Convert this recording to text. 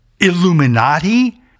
illuminati